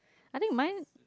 I think mine